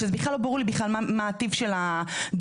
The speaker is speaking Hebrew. שבכלל לא ברור לי מה הטיב של הדורות,